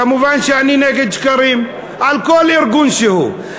כמובן שאני נגד שקרים על כל ארגון שהוא,